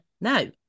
No